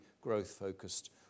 growth-focused